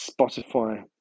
Spotify